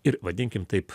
ir vadinkim taip